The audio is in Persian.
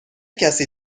کسی